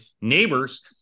neighbors –